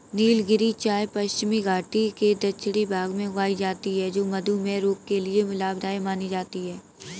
नीलगिरी चाय पश्चिमी घाटी के दक्षिणी भाग में उगाई जाती है जो मधुमेह रोग के लिए लाभदायक मानी जाती है